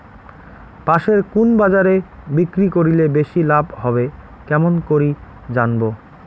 পাশের কুন বাজারে বিক্রি করিলে বেশি লাভ হবে কেমন করি জানবো?